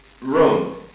Room